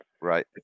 Right